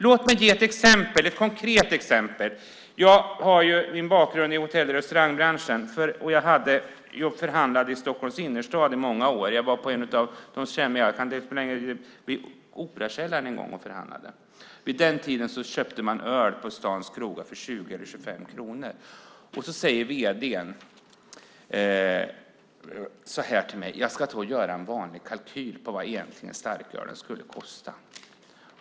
Låt mig ge ett konkret exempel. Jag har min bakgrund i hotell och restaurangbranschen. Jag förhandlade i Stockholms innerstad i många år. Jag var på Operakällaren en gång och förhandlade. Vid den tiden köpte man öl på stadens krogar för 20 eller 25 kronor. Vd:n sade till mig att han skulle göra en vanlig kalkyl på vad starkölen egentligen skulle kosta.